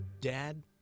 Dad